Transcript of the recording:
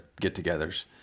get-togethers